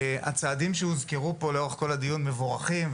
הצעדים שהוזכרו פה לארוך כל הדיון מבורכים,